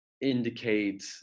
indicate